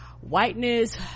whiteness